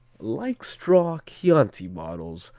like straw chianti bottles,